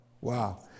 Wow